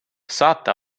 saate